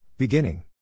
Beginning